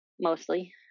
mostly